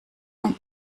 and